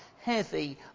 Heavy